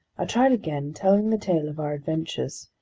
i tried again, telling the tale of our adventures,